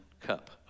cup